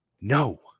No